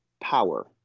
power